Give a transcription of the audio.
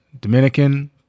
Dominican